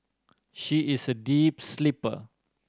she is a deep sleeper